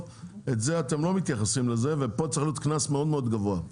לזה אתם לא מתייחסים ופה צריך להיות קנס מאוד מאוד גבוה.